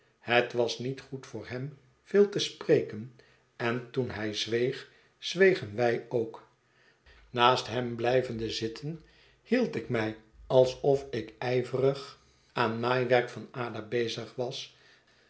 het was niet goed voor hem veel te spreken en toen hij zweeg zwegen wij ook naast hem blijvende zitten hield ik mij alsof ik ijverig r riceabb moet een nieuw leven beginnen aan naaiwerk van ada bezig was